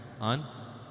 on